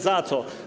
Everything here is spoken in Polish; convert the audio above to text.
Za co?